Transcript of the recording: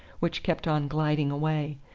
which kept on gliding away.